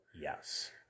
Yes